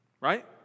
Right